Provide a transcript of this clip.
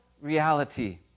reality